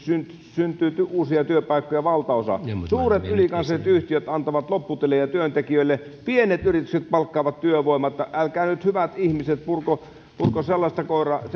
syntyy uusia työpaikkoja valtaosa suuret ylikansalliset yhtiöt antavat lopputilejä työntekijöille pienet yritykset palkkaavat työvoimaa älkää nyt hyvät ihmiset purko purko sellaista